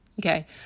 Okay